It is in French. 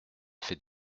fait